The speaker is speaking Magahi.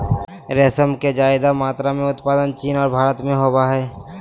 रेशम के ज्यादे मात्रा में उत्पादन चीन और भारत में होबय हइ